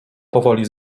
powoli